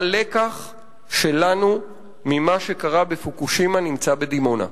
הלקח שלנו ממה שקרה בפוקושימה נמצא בדימונה,